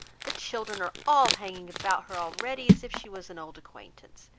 the children are all hanging about her already, as if she was an old acquaintance.